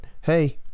hey